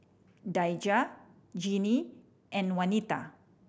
Daija Gennie and Wanita